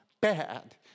bad